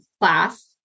class